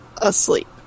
asleep